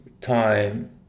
time